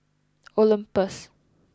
Olympus